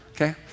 Okay